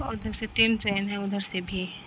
اور ادھر سے تین ٹرین ہے ادھر سے بھی